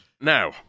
Now